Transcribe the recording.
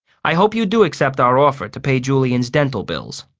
i hope you do accept our offer to pay julian's dental bills.